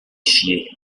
chier